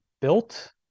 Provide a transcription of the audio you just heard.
built